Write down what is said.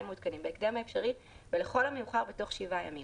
המעודכנים בהקדם האפשרי ולכל המאוחר בתוך שבעה ימים".